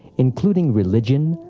including religion,